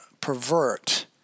pervert